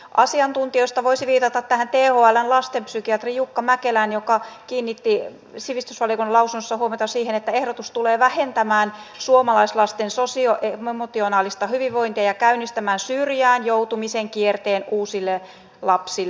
asiantuntijoista voisi viitata tähän thln lastenpsykiatriin jukka mäkelään joka kiinnitti sivistysvaliokunnan lausunnossa huomiota siihen että ehdotus tulee vähentämään suomalaislasten sosioemotionaalista hyvinvointia ja käynnistämään syrjään joutumisen kierteen uusille lapsille